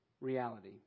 reality